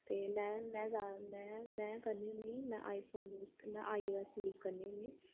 ते में में जादा में में करनी होन्नी में आई फोन यूज में आई ओ ऐस यूज करनी होन्नी